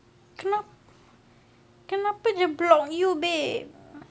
kena~ kenapa dia block you babe